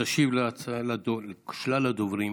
תשיב לשלל הדוברים